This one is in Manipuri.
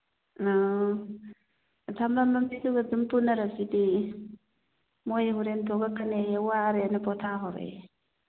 ꯑꯣ ꯊꯝꯂꯝꯕ ꯑꯗꯨꯒ ꯑꯗꯨꯝ ꯄꯨꯟꯅꯔꯁꯤꯗꯤ ꯃꯣꯏ ꯍꯣꯔꯦꯟ ꯊꯣꯛꯂꯛꯀꯅꯤ ꯍꯥꯏꯌꯦ ꯋꯥꯔꯦꯅ ꯄꯣꯊꯥꯍꯧꯔꯦ